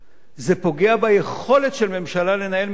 זה פוגע ביכולת של ממשלה לנהל מדיניות.